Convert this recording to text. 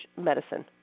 medicine